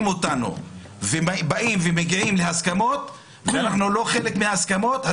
אותנו ובאים ומגיעים להסכמות ואנחנו לא חלק מההסכמות,